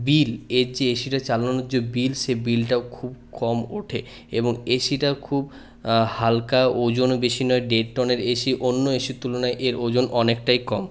বিল এর যে এসিটা চালানোর যে বিল সে বিলটাও খুব কম ওঠে এবং এসিটাও খুব হালকা ওজনও বেশি নয় দেড় টনের এসি অন্য এসির তুলনায় এর ওজন অনেকটাই কম